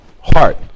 heart